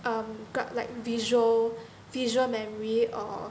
um got like visual visual memory or